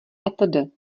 atd